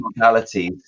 modalities